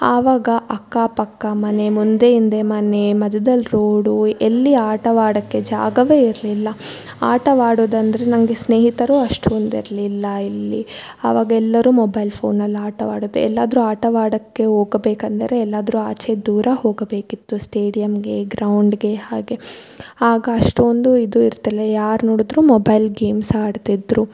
ಆವಾಗ ಅಕ್ಕ ಪಕ್ಕ ಮನೆ ಮುಂದೆ ಹಿಂದೆ ಮನೆ ಮಧ್ಯದಲ್ ರೋಡು ಎಲ್ಲಿ ಆಟವಾಡಕ್ಕೆ ಜಾಗವೇ ಇರಲಿಲ್ಲ ಆಟವಾಡೋದಂದ್ರೆ ನಂಗೆ ಸ್ನೇಹಿತರೂ ಅಷ್ಟೊಂದು ಇರಲಿಲ್ಲ ಇಲ್ಲಿ ಅವಾಗ ಎಲ್ಲರು ಮೊಬೈಲ್ ಫೋನಲ್ಲಿ ಆಟವಾಡೋದು ಎಲ್ಲಾದ್ರು ಆಟವಾಡೋಕ್ಕೆ ಹೋಗಬೇಕಂದರೆ ಎಲ್ಲಾದರು ಆಚೆ ದೂರ ಹೋಗಬೇಕಿತ್ತು ಸ್ಟೇಡಿಯಂಗೆ ಗ್ರೌಂಡ್ಗೆ ಹಾಗೆ ಆಗ ಅಷ್ಟೋಂದು ಇದು ಇರ್ತಿಲ್ಲ ಯಾರು ನೋಡಿದರು ಮೊಬೈಲ್ ಗೇಮ್ಸ್ ಆಡ್ತಿದ್ರು